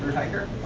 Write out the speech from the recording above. hiker.